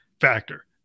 factor